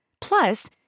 plus